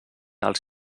els